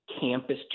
campus